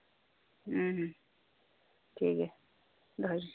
ᱦᱩᱸ ᱴᱷᱤᱠᱜᱮᱭᱟ ᱫᱚᱦᱚᱭ ᱢᱮ